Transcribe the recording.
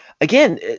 again